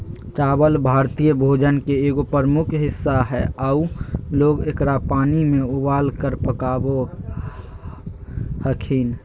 चावल भारतीय भोजन के एगो प्रमुख हिस्सा हइ आऊ लोग एकरा पानी में उबालकर पकाबो हखिन